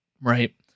right